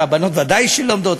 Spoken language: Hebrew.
הבנות ודאי לומדות,